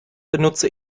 benutze